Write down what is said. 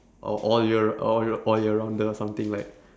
all all year all year all year rounder something like